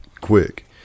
quick